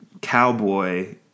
cowboy